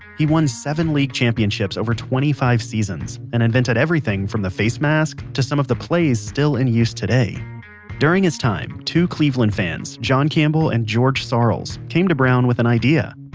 he won seven league championships over twenty five seasons, and invented everything from the facemask to some of the plays still in use today during his time two cleveland fans, john campbell and george sarles, came to brown with an idea.